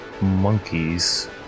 monkeys